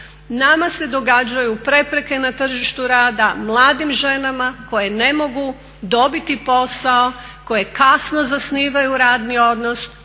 Nama se događaju prepreke na tržištu rada mladim ženama koje ne mogu dobiti posao, koje kasno zasnivaju radni odnos